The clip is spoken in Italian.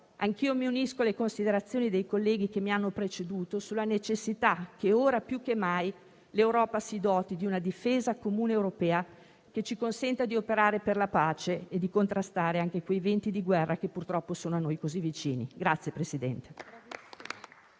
Anch'io mi unisco alle considerazioni dei colleghi che mi hanno preceduto sulla necessità che, ora più che mai, l'Europa si doti di una difesa comune europea, che ci consenta di operare per la pace e di contrastare anche quei venti di guerra che purtroppo sono a noi così vicini.